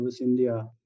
India